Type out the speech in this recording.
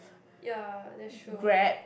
ya that's true